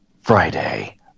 friday